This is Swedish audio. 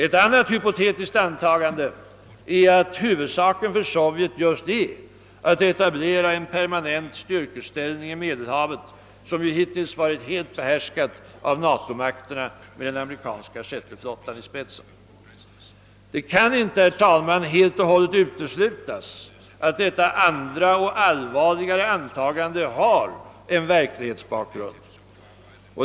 Ett annat hypotetiskt antagande är att huvudsaken för Sovjet just är att etablera en permanent styrkeställning i Medelhavet, som hittills varit helt behärskat av NATO-makterna med den amerikanska sjätte flottan i spetsen. Det kan inte, herr talman, helt och hållet uteslutas att detta andra och allvarligare antagande har en verklighetsbakgrund.